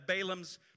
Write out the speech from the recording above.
Balaam's